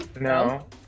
No